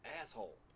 Asshole